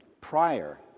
Prior